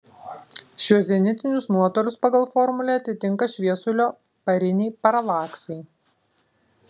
šiuos zenitinius nuotolius pagal formulę atitinka šviesulio pariniai paralaksai